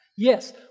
Yes